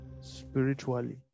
spiritually